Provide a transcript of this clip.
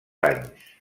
anys